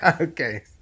okay